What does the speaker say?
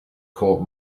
court